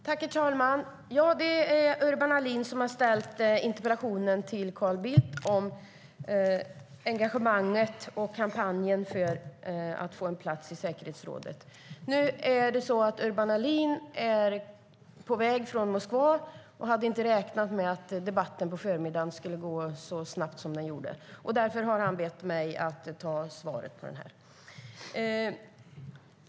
Herr talman! Det är Urban Ahlin som har ställt interpellationen till Carl Bildt om engagemanget och kampanjen för att få en plats i säkerhetsrådet. Urban Ahlin är på väg från Moskva och hade inte räknat med att debatten på förmiddagen skulle gå så snabbt. Därför har han bett mig att ta emot svaret.